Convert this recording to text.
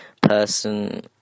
person